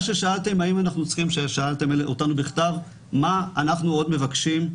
ששאלתם אותנו בכתב הייתה מה אנחנו עוד מבקשים.